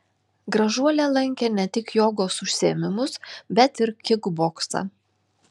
gražuolė lankė ne tik jogos užsiėmimus bet ir kikboksą